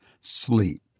sleep